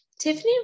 Tiffany